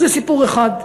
זה סיפור אחד.